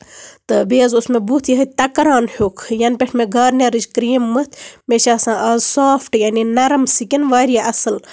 تہٕ بیٚیہِ حظ اوس مےٚ بُتھ یِہوے تَکران ہیٚو ینہٕ پٮ۪ٹھ مےٚ گارنِیَرچ کریٖم مٔتھۍ مےٚ چھُ آسان آز سافٹ یعنی نَرٕم سِکِن واریاہ اَصٕل